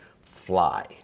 fly